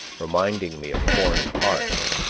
reminding me of foreign parts,